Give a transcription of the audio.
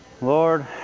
Lord